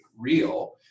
real